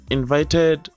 invited